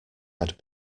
had